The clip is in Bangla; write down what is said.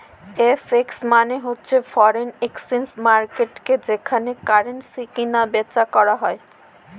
এফ.এক্স মানে হচ্ছে ফরেন এক্সচেঞ্জ মার্কেটকে যেখানে কারেন্সি কিনা বেচা করা হয়